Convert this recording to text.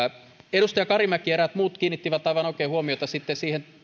edustaja karimäki ja eräät muut kiinnittivät aivan oikein huomiota siihen